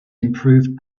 improved